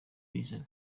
reason